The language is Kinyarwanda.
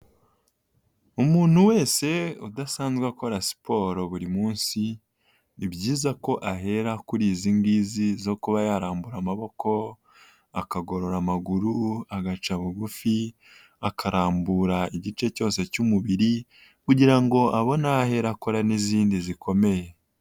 Umuntu wese udasanzwe akora siporo buri munsi ni byiza ko ahera kuri izi ngizi zo kuba yarambura amaboko akagorora amaguru agaca bugufi akarambura igice cyose cy'umubiri kugira ngo abone aho ahera akora n'izindi zikomeye.